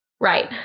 Right